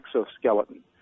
exoskeleton